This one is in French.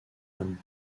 âmes